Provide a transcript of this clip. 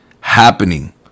happening